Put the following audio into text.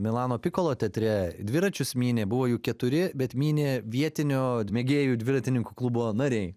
milano pikolo teatre dviračius mynė buvo jų keturi bet mynė vietinio mėgėjų dviratininkų klubo nariai